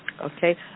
Okay